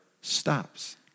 stops